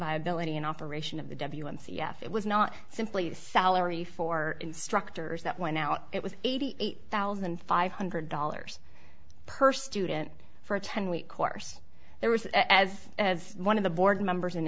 viability and operation of the c f it was not simply the salary for instructors that went out it was eighty eight thousand five hundred dollars per student for a ten week course there was as as one of the board members and